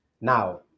now